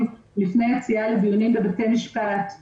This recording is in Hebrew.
לפני יציאה לדיונים בבתי משפט ליום-יומיים,